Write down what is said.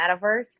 metaverse